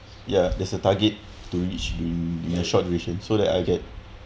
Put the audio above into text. ya there's a target to reach in a short duration so that I get